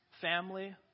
family